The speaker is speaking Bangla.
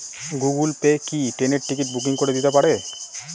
গুগল পে কি ট্রেনের টিকিট বুকিং করে দিতে পারে?